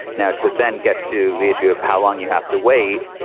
now, to then get to the issue of how long you have to wait.